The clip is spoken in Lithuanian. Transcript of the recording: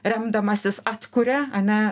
remdamasis atkuria ane